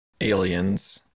Aliens